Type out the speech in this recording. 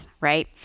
right